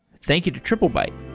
thank you to triplebyte